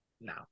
No